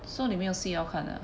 so 你没有戏要看的啊